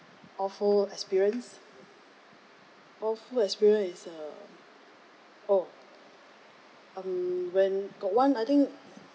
awful experience awful experience is err oh um when got one I think